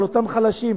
על אותם חלשים,